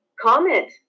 comment